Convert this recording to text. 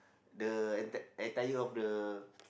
the enti~ entire of the